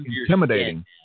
intimidating